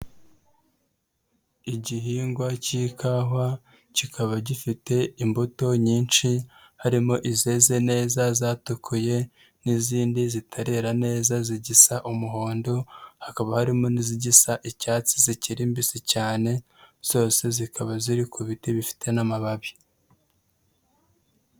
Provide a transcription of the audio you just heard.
Igihingwa k'ikawa kikaba gifite imbuto nyinshi harimo izeze neza zatukuye n'izindi zitarera neza zigisa umuhondo, hakaba harimo n'izigisa icyatsi zikiri mbisi cyane, zose zikaba ziri ku biti bifite n'amababi.